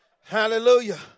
Hallelujah